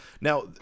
Now